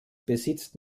besitzt